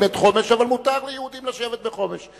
את חומש אבל מותר ליהודים לשבת בחומש.